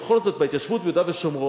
בכל זאת, בהתיישבות ביהודה ושומרון,